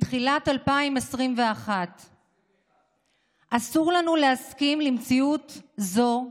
מתחילת 2021. אסור לנו להסכים למציאות זו,